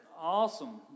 Awesome